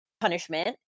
punishment